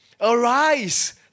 Arise